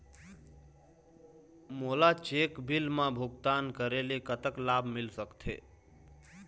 मोला cheque bill मा भुगतान करेले कतक लाभ मिल सकथे?